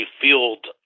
field